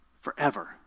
forever